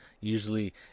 usually